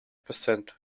percent